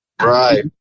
Right